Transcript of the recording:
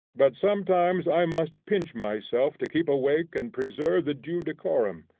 but sometimes i must pinch myself to keep awake and preserve the due decorum.